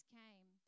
came